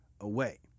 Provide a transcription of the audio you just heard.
away